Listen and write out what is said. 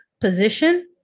position